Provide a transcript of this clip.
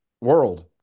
world